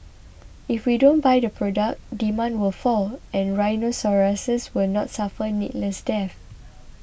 if we don't buy the product demand will fall and rhinoceroses will not suffer needless deaths